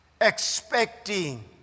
expecting